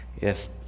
Yes